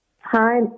Hi